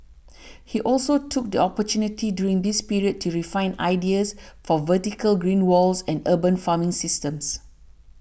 he also took the opportunity during this period to refine ideas for vertical green walls and urban farming systems